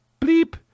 bleep